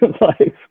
life